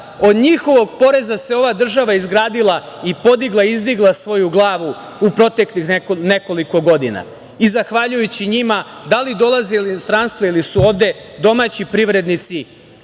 od njihovog poreza se ova država izgradila i podigla i izdigla svoju glavu u proteklih nekoliko godina. Zahvaljujući njima, da li dolaze iz inostranstva ili su ovde domaći privrednici,